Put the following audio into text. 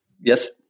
yes